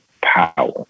power